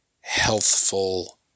healthful